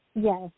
Yes